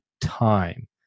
time